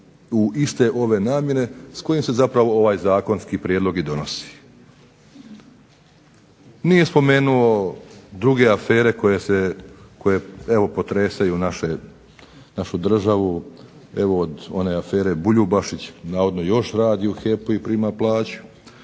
u iste ove namjere s kojim se zapravo ovaj zakonski prijedlog i donosi. Nije spomenuo druge afere koje se, koje evo potresaju našu državu. Evo od one afere Buljubašić navodno još radi u HEP-u i prima plaću.